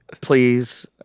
please